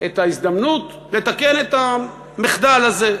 את ההזדמנות לתקן את המחדל הזה.